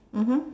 mmhmm